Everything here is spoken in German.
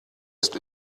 ist